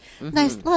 Nice